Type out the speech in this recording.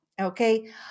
Okay